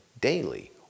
daily